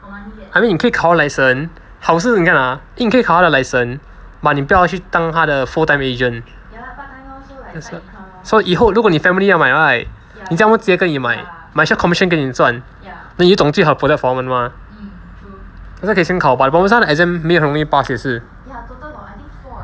I mean 你可以考到 license 好事你看 ah 你可以考他的 license but 你不要去当他的 full time agent so 以后如果你 family 要买 right 你叫他们直接跟你买 might as well commission 给你赚 then 你又懂最好的 product for 他们 mah 可以先考 but the problem is 它的 exam 没有很容易 pass 也是